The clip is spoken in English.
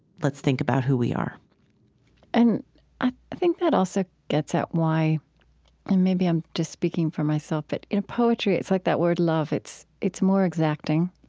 let's think about who we are and i think that also gets at why and maybe i'm just speaking for myself, but in poetry, it's like that word love. it's it's more exacting